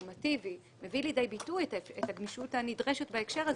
הנורמטיבי מביא לידי ביטוי את הגמישות הנדרשת בהקשר הזה.